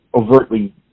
overtly